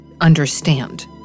understand